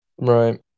Right